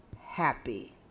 happy